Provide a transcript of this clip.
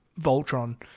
Voltron